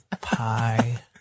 pie